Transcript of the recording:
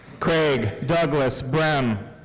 craig douglas brehm.